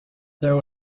there